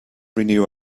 renew